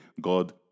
God